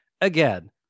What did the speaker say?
Again